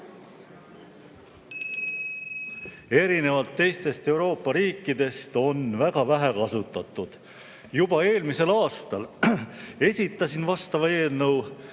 erinevalt teistest Euroopa riikidest on väga vähe kasutatud. Juba eelmisel aastal esitasin vastava eelnõu